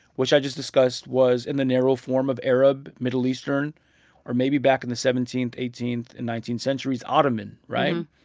which i just discussed, was in the narrow form of arab, middle eastern or maybe back in the seventeenth, eighteenth and nineteenth centuries, ottoman, right?